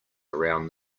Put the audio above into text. around